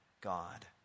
God